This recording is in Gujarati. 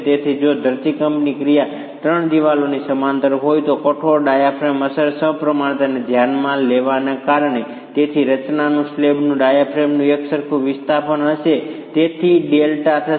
તેથી જો ધરતીકંપની ક્રિયા 3 દીવાલોની સમાંતર હોય તો કઠોર ડાયાફ્રેમ અસર અને સમપ્રમાણતાને ધ્યાનમાં લેવાને કારણે તેની રચનાનું સ્લેબનું ડાયાફ્રેમનું જ એકસરખું વિસ્થાપન હશે અને તેથી Δ થશે